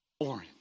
Orange